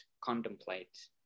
contemplate